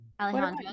Alejandro